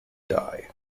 die